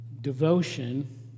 devotion